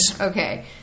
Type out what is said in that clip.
Okay